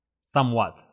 somewhat